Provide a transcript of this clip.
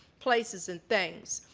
places and things.